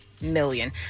million